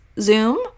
Zoom